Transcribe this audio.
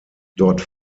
dort